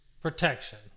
protection